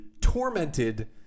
tormented